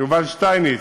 יובל שטייניץ,